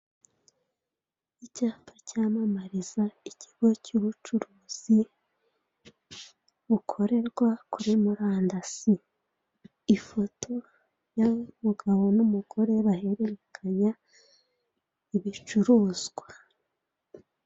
Icyapa cyamamariza ikigo cy'ubucuruzi bukorerwa kuri murandasi, ifoto y'umugabo n'umugore bahererekanya ibicuruzwa.